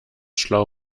schlau